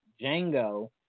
Django